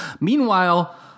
Meanwhile